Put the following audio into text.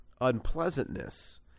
unpleasantness